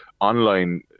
online